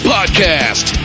Podcast